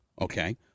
okay